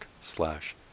slash